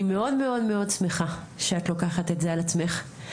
מאוד מאוד שמחה שאת לוקחת את זה על עצמך,